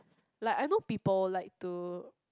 like I know people like to